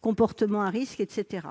comportements à risque, etc.